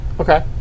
Okay